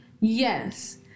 Yes